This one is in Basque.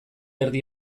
erdi